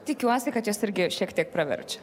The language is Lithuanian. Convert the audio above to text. tikiuosi kad jos irgi šiek tiek praverčia